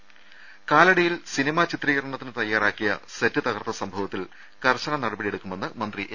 രേര കാലടിയിൽ സിനിമാ ചിത്രീകരണത്തിന് തയാറാക്കിയ സെറ്റ് തകർത്ത സംഭവത്തിൽ കർശന നടപടിയെടുക്കുമെന്ന് മന്ത്രി എ